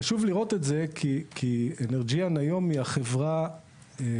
חשוב לראות את זה כי אנרג'יאן היום היא החברה היחידה